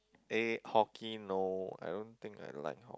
eh hockey no I don't think I like hock~